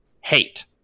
Hate